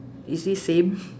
is it same